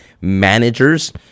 managers